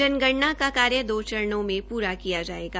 जनगणना का कार्य दो चरणों में प्रा किया जायेगा